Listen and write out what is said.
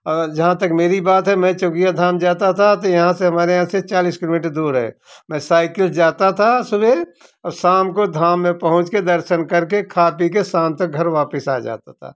और जहाँ तक मेरी बात है मैं चौकिया धाम जाता था तो यहाँ से हमारे यहाँ से चालीस किलोमीटर दूर है मैं साइकिल से जाता था सुबह और शाम को धड़ाम में पहुँच के दर्शन करके खाना खा पी के शाम तक घर वापस आ जाता था